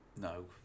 No